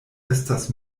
estas